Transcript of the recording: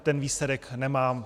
Ten výsledek nemám.